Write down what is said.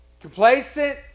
complacent